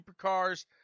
Supercars